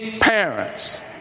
parents